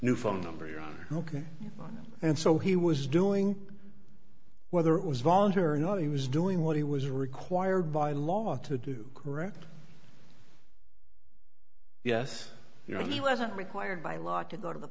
new phone number you're ok and so he was doing whether it was voluntary or not he was doing what he was required by law to do correct yes you know he wasn't required by law to go to the